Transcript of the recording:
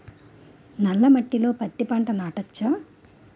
నల్ల మట్టిలో పత్తి పంట నాటచ్చా?